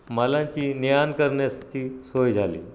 मालांची ने आण करण्याची सोय झाली